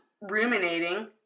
ruminating